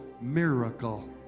miracle